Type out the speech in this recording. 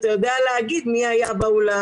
אתה יודע להגיד מי היה באולם,